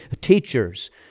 teachers